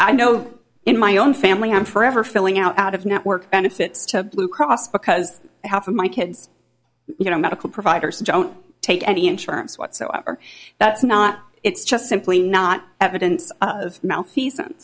i know in my own family i'm forever filling out out of network benefits to blue cross because half of my kids you know medical providers don't take any insurance whatsoever that's not it's just simply not evidence of malfeas